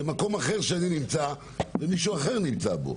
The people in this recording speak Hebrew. זה מקום אחר שאני נמצא בו ומישהו אחר נמצא בו.